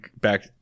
back